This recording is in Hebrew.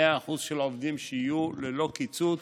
שיהיו 100% של עובדים, ללא קיצוץ.